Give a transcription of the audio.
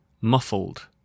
Muffled